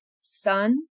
Sun